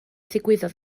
ddigwyddodd